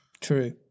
true